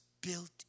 built